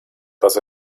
dass